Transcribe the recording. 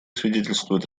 свидетельствуют